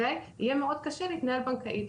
יהיה מאוד קשה להתנהל בנקאית,